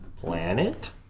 Planet